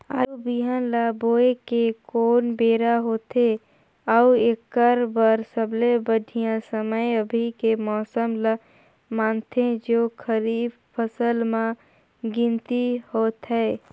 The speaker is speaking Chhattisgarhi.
आलू बिहान ल बोये के कोन बेरा होथे अउ एकर बर सबले बढ़िया समय अभी के मौसम ल मानथें जो खरीफ फसल म गिनती होथै?